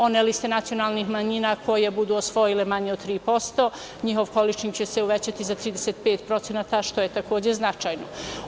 One liste nacionalnih manjina koje budu osvojile manje od tri posto njihov količnik će se uvećati za 35% što je takođe značajno.